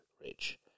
Rich